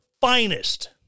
finest